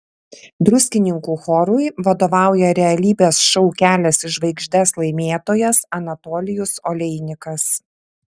druskininkų chorui vadovauja realybės šou kelias į žvaigždes laimėtojas anatolijus oleinikas